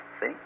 See